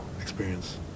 experience